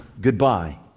goodbye